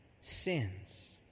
sins